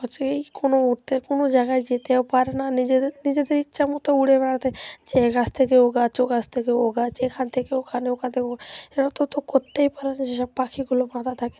হচ্ছে কী কোনো উড়তে কোনো জায়গায় যেতেও পারে না নিজেদের নিজেদের ইচ্ছা মতো উড়ে বেড়াতে যে এ গাছ থেকে ও গাছ ও গাছ থেকে ও গাছ এখান থেকে ওখানে ওখান থেকে ও গাছ এটা তো তো করতেই পারে না যেসব পাখিগুলো বাঁধা থাকে